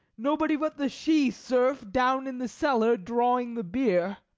nobody but the she serf down in the cellar drawing the beer.